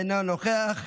אינו נוכח,